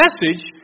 message